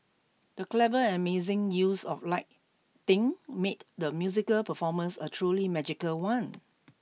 the clever and amazing use of lighting made the musical performance a truly magical one